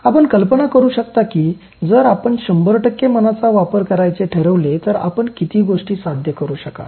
आपण कल्पना करू शकता की जर आपण १०० मनाचा वापर करायचे ठरवले तर आपण किती गोष्टी साध्य करू शकाल